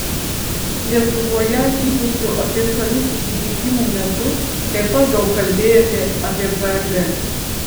lietuvoje vykusių oficialių susitikimų metu taip pat daug kalbėjote apie prg